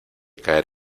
caer